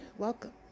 Welcome